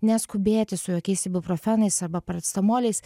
neskubėti su jokiais ibuprofenais arba paracetamoliais